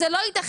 זה לא יתכן.